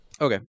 Okay